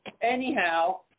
Anyhow